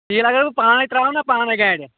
تیٖل اَگر بہٕ پانے ترٛاوٕ نا پانے گاڑِ